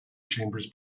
chambers